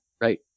right